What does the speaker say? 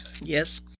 Yes